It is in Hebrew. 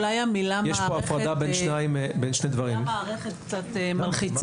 אולי המילה מערכת קצת מלחיצה.